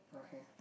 okay